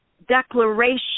declaration